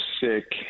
sick